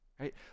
right